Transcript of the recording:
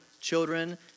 children